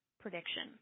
prediction